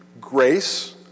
grace